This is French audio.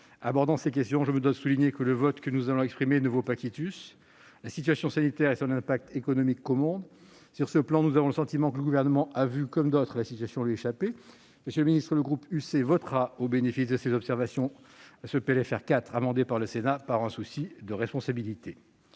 Abordant ces questions, je me dois de souligner que le vote que nous allons exprimer ne vaut pas quitus. La situation sanitaire et son impact économique commandent. Sur ce plan, nous avons le sentiment que le Gouvernement a vu, comme d'autres, la situation lui échapper. Monsieur le ministre, par souci de responsabilité, le groupe UC votera, au bénéfice de ces observations, ce PLFR 4 amendé par le Sénat. Nous serons